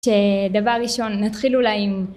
שדבר ראשון נתחיל אולי עם